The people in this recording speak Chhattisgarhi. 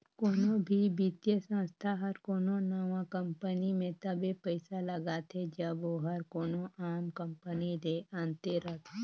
कोनो भी बित्तीय संस्था हर कोनो नावा कंपनी में तबे पइसा लगाथे जब ओहर कोनो आम कंपनी ले अन्ते रहें